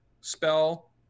spell